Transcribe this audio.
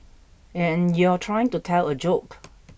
and you're trying to tell a joke